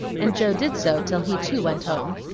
and joe did so till he too went home.